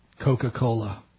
Coca-Cola